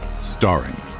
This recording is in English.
Starring